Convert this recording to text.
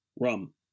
rum